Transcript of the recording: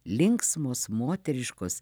linksmos moteriškos